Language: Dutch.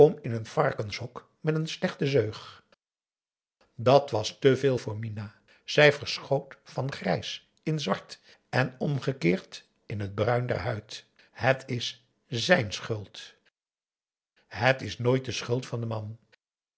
in een varkenshok met een slechte zeug dàt was te veel voor minah zij verschoot van grijs in zwart en omgekeerd in het bruin der huid aum boe akar eel et is zijn schuld het is nooit de schuld van den man